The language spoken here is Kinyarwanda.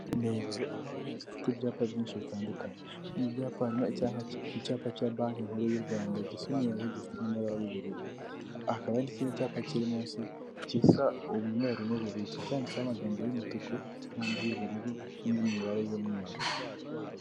Ni inzu aho hari inzu ifite ibyapa byinshi bitandukanye. Muri ibi byapa harimo icyapa cya banki nkuru y'u Rwanda gisa umweru gifite n'amabara y'ubururu. Hakaba n'ikindi cyapa kiri munsi kisa umweru n'ubururu kikaba cyanditseho amagambo y'umutuku n'andi y'ubururu n'indi mibare y'umweru.